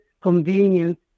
convenient